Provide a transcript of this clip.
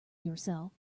yourself